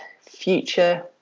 future